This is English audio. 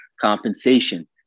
Compensation